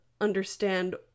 understand